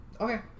okay